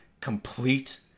complete